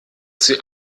sie